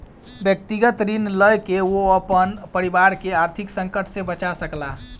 व्यक्तिगत ऋण लय के ओ अपन परिवार के आर्थिक संकट से बचा सकला